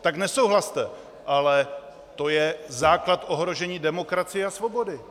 Tak nesouhlaste, ale to je základ ohrožení demokracie a svobody.